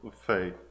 faith